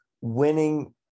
winning